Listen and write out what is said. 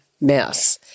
mess